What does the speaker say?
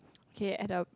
K at the